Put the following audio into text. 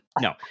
No